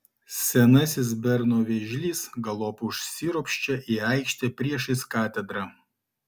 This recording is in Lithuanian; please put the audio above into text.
senasis berno vėžlys galop užsiropščia į aikštę priešais katedrą